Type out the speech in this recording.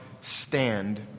stand